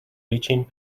reaching